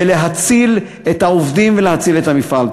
להציל את העובדים ולהציל את המפעל.